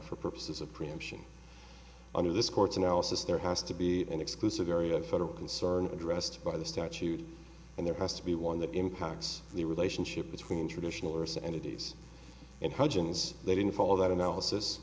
for purposes of preemption under this court's analysis there has to be an exclusive area of federal concern addressed by the statute and there has to be one that impacts the relationship between traditional orse and it is in hudgens they didn't follow that analysis